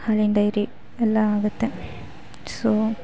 ಹಾಲಿನ ಡೈರಿ ಎಲ್ಲ ಆಗುತ್ತೆ ಸೋ